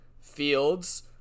Fields